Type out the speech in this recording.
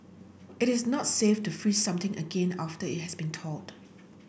it is not safe to freeze something again after it has been thawed